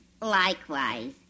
Likewise